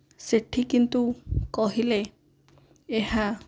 ସେଠି କିନ୍ତୁ କହିଲେ ଏହା